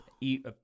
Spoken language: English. eat